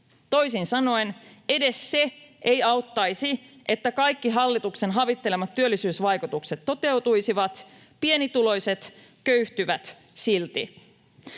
Toisin sanoen, edes se ei auttaisi, että kaikki hallituksen havittelemat työllisyysvaikutukset toteutuisivat. Pienituloiset köyhtyvät silti.